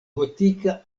gotika